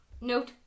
Note